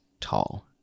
tall